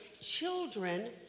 children